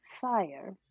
fire